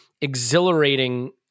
exhilarating